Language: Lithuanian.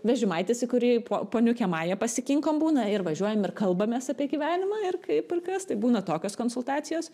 vežimaitis į kurį po poniukę mają pasikinkom būna ir važiuojam ir kalbamės apie gyvenimą ir kaip ir kas tai būna tokios konsultacijos